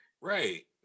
Right